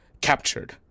captured